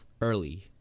early